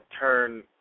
turn